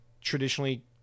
traditionally